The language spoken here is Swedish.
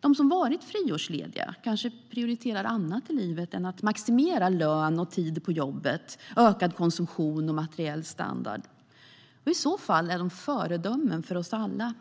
De som varit friårslediga kanske prioriterar annat i livet än att maximera lön, tid på jobbet, ökad konsumtion och materiell standard. I så fall är de föredömen för oss alla.